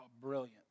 Brilliant